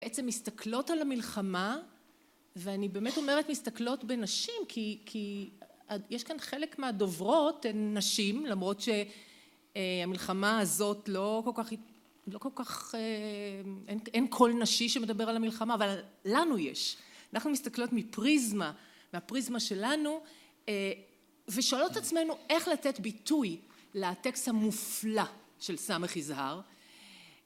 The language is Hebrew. בעצם מסתכלות על המלחמה, ואני באמת אומרת מסתכלות בנשים כי יש כאן חלק מהדוברות הן נשים, למרות שהמלחמה הזאת לא כל כך... אין קול נשי שמדבר על המלחמה, אבל לנו יש. אנחנו מסתכלות מפריזמה, מהפריזמה שלנו, ושואלות עצמנו איך לתת ביטוי לטקסט המופלא של ס' יזהר